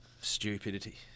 stupidity